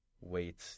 wait